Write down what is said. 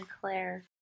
Claire